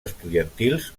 estudiantils